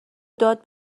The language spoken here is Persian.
داد